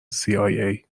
cia